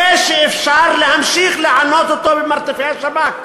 כדי שיהיה אפשר להמשיך לענות אותו במרתפי השב"כ